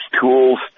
tools